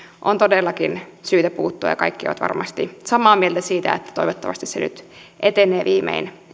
on todellakin syytä puuttua ja kaikki ovat varmasti samaa mieltä siitä että toivottavasti se nyt etenee viimein